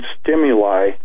stimuli